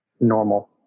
normal